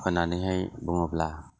होननानैहाय बुङोब्ला